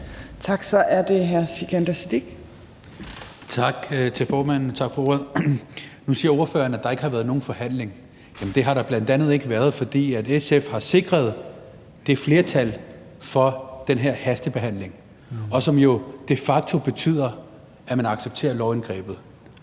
Tak. Så er det hr.